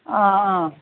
आ अ